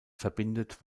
verbindet